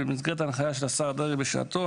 במסגרת ההנחיה של השר דרעי בשעתו,